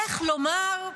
איך לומר?